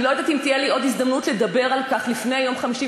אני לא יודעת אם תהיה לי עוד הזדמנות לדבר על כך לפני יום חמישי,